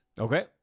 Okay